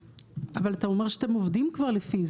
--- אבל אתה אומר שאתם עובדים כבר לפי זה.